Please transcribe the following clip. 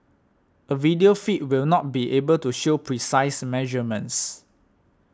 a video feed will not be able to show precise measurements